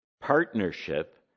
Partnership